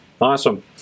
Awesome